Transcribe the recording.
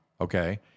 okay